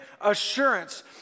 assurance